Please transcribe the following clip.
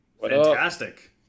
Fantastic